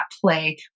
play